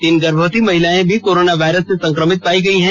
तीन गर्भवती महिलाएं भी कोरोना वायरस से संक्रमित पाई गई हैं